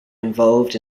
involved